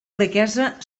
riquesa